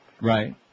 Right